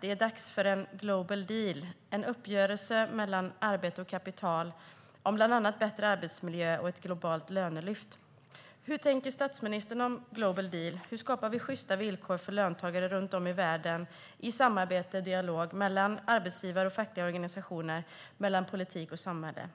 Det är dags för en Global deal, en uppgörelse mellan arbete och kapital om bland annat bättre arbetsmiljö och ett globalt lönelyft. Hur tänker statsministern om Global deal? Hur skapar vi sjysta villkor för löntagare runt om i världen i samarbete och dialog mellan arbetsgivare och fackliga organisationer, mellan politik och samhälle?